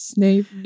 Snape